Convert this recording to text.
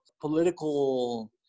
political